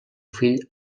fill